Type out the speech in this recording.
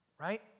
right